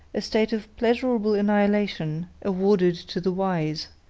a state of pleasurable annihilation awarded to the wise,